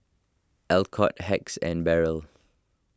Alcott Hacks and Barrel